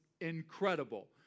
incredible